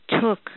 took